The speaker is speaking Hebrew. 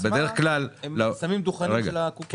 ראיתי את זה, הם שמים דוכן של קופות החולים.